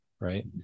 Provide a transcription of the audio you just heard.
right